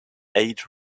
eight